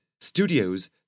studios